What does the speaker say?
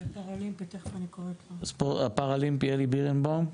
אז פראלימפי אלי בירנבאום?